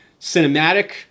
cinematic